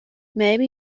maybe